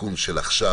לתיקון של עכשיו,